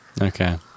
Okay